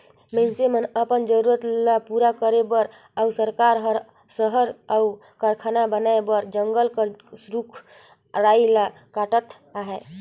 मइनसे मन अपन जरूरत ल पूरा करे बर अउ सरकार हर सहर अउ कारखाना बनाए बर जंगल कर रूख राई ल काटत अहे